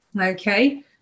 Okay